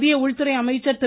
மத்திய உள்துறை அமைச்சர் திரு